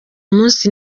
munsi